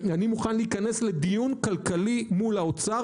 אני מוכן להיכנס לדיון כלכלי מול האוצר